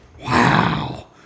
Wow